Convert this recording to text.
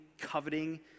coveting